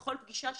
ובכל פגישה שלכם,